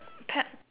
pet